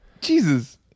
Jesus